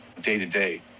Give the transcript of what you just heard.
day-to-day